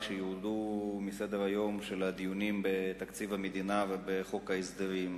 שירדו מסדר-היום של הדיונים בתקציב המדינה ובחוק ההסדרים.